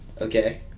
Okay